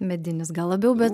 medinis gal labiau bet